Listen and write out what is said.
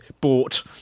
bought